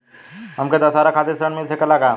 हमके दशहारा खातिर ऋण मिल सकेला का?